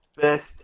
best